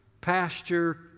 pasture